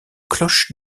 cloche